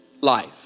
life